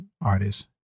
artists